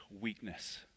weakness